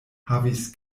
havis